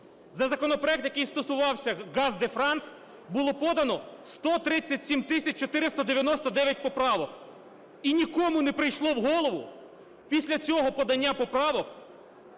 за законопроект, який стосувався Gaz de France, було подано 137 тисяч 499 поправок, і нікому не прийшло в голову після цього подання поправок